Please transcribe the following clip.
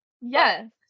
Yes